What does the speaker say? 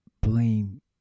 Blame